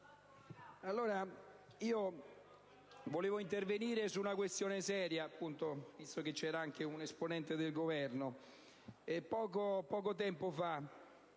Volevo intervenire su una questione seria, visto che era presente anche un esponente del Governo. Poco tempo fa